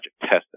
testing